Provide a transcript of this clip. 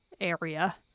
area